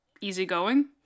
easygoing